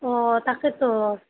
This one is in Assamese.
অঁ তাকেতো